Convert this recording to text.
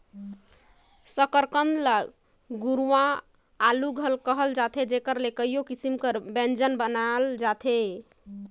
सकरकंद ल गुरूवां आलू घलो कहल जाथे जेकर ले कइयो किसिम कर ब्यंजन बनाल जाथे